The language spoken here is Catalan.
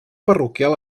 parroquial